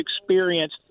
experience